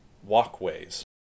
Walkways